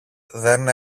δεν